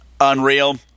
Unreal